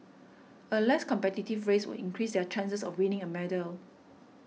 a less competitive race would increase their chances of winning a medal